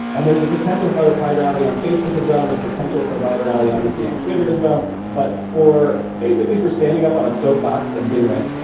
and there's a potential for virality on facebook as well on the potential for virality obviously on twitter as well. but for basically for standing up on a soapbox and being like,